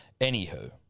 Anywho